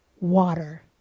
water